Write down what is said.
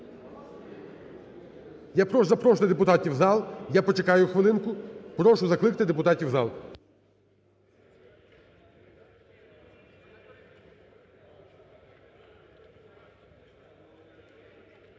запрошувати депутатів в зал. Я почекаю хвилинку. Прошу закликати депутатів в зал.